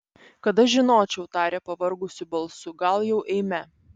kad aš žinočiau tarė pavargusiu balsu gal jau eime